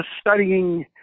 studying